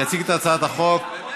יציג את הצעת החוק,